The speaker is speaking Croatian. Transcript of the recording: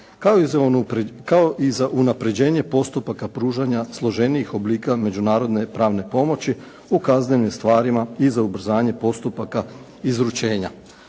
kao i za unaprjeđenje postupaka pružanja složenijih oblika međunarodne prave pomoći u kaznenim stvarima i za ubrzanje postupaka izručenja.